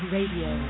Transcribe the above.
Radio